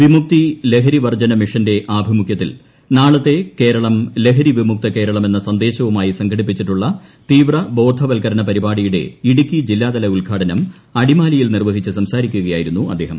വിമുക്തി ലഹരി വർജ്ജന മിഷന്റെ ആഭിമു്ഷ്യ്ത്തിൽ നാളത്തെ കേരളം ലഹരി വിമുക്ത നവകേരളം എന്ന സ്ന്ദേശവുമായി സംഘടിപ്പിച്ചിട്ടുള്ള തീവ്ര ബോധവത്ക്കരണ പരിപാടിയുടെ ഇടുക്കി ജില്ലാതല ഉദ്ഘാടനം അടിമാലിയിൽ നിർവ്വഹിച്ച് സംസാരിക്കുകയായിരുന്നു അദ്ദേഹം